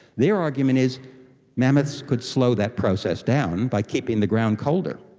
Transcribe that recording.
their argument is mammoths could slow that process down by keeping the ground colder.